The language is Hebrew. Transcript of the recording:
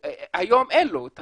היום אין לו את